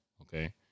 Okay